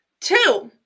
Two